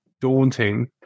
daunting